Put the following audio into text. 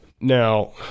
Now